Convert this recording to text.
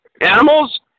animals